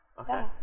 Okay